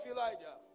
Elijah